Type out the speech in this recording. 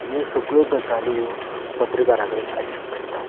ह्यो सगळ्यो गजाल्यो पत्रकारा कडेन आसच्यो पडटा